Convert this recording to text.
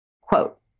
Quote